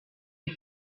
die